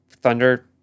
thunder